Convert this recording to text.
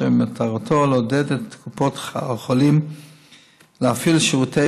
אשר מטרתו לעודד את קופות החולים להפעיל שירותי